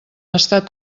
estat